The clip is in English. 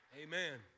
Amen